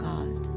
God